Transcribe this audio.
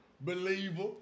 Believer